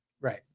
Right